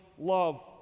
love